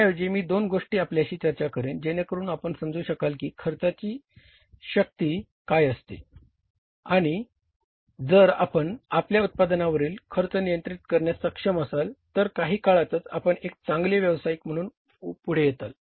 त्याऐवजी मी दोन गोष्टी आपल्याशी चर्चा करीन जेणेकरुन आपण समजू शकाल की खर्चाची क्तीशक्ती काय आहे आणि जर आपण आपल्या उत्पादनावरील खर्च नियंत्रित करण्यास सक्षम असाल तर काही काळातच आपण एक चांगले व्यावसायिक म्हणून पुढे येताल